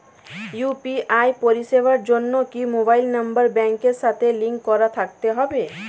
UPI পরিষেবার জন্য কি মোবাইল নাম্বার ব্যাংকের সাথে লিংক করা থাকতে হবে?